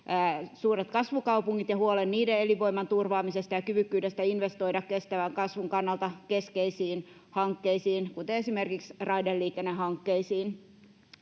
suuret kasvukaupungit ja huolen niiden elinvoiman turvaamisesta ja kyvykkyydestä investoida kestävän kasvun kannalta keskeisiin hankkeisiin, kuten esimerkiksi raideliikennehankkeisiin.